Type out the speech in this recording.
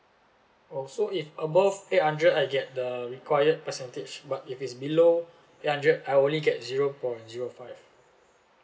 oh so if above eight hundred I'll get the required percentage but if it's below eight hundred I'll only get zero point zero five